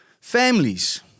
families